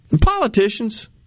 Politicians